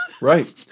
Right